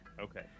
okay